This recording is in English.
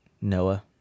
Noah